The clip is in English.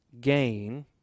gain